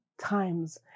times